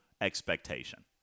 expectation